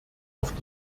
auf